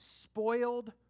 spoiled